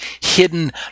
hidden